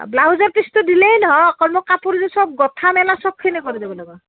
ব্লাউজৰ পিচটো দিলেই নহয় অকল মোক কাপোৰযোৰ চব গোঁথা মেলা সবখিনি কৰি দিব লাগিব